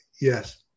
Yes